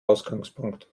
ausgangspunkt